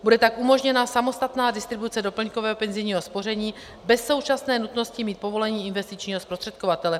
Bude tak umožněna samostatná distribuce doplňkového penzijního spoření bez současné nutnosti mít povolení investičního zprostředkovatele.